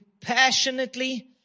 passionately